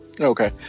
Okay